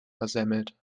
versemmelt